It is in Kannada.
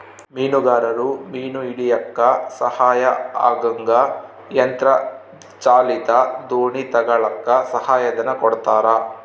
ಮೀನುಗಾರರು ಮೀನು ಹಿಡಿಯಕ್ಕ ಸಹಾಯ ಆಗಂಗ ಯಂತ್ರ ಚಾಲಿತ ದೋಣಿ ತಗಳಕ್ಕ ಸಹಾಯ ಧನ ಕೊಡ್ತಾರ